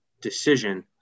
decision